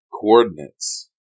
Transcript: coordinates